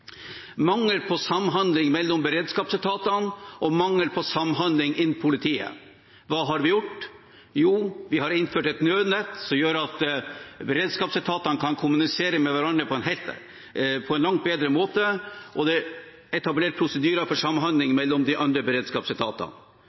Mangel på samhandling mellom beredskapsetatene og mangel på samhandling innen politiet: Hva har vi gjort? Jo, vi har innført et nødnett, som gjør at beredskapsetatene kan kommunisere med hverandre på en langt bedre måte, og det er etablert prosedyrer for samhandling mellom de andre beredskapsetatene.